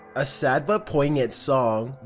a sad but poignant song.